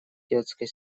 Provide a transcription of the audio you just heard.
детской